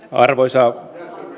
arvoisa